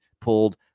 pulled